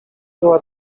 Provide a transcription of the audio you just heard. była